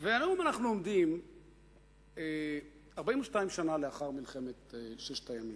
היום אנחנו עומדים 42 שנה לאחר מלחמת ששת הימים.